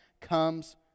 comes